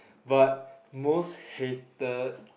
but most hated